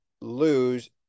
lose